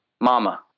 Mama